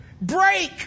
break